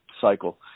cycle